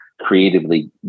creatively